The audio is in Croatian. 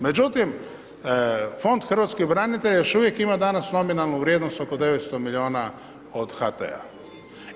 Međutim, Fond hrvatskih branitelja još uvijek ima danas nominalnu vrijednost oko 900 milijuna od HT-a.